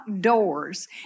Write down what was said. doors